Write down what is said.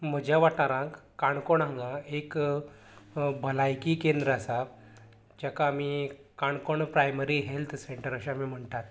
म्हज्या वाठारांत काणकोण हांगा एक भलायकी केंद्र आसा जेका आमी काणकोण प्रायमरी हेल्थ सेंटर अशें आमी म्हणटात